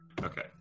Okay